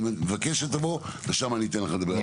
אני מבקש שתבוא, ושם אני אתן לך לדבר.